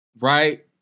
right